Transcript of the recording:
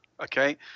okay